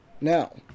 Now